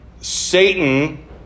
Satan